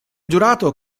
giurato